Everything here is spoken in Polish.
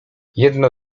jedno